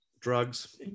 drugs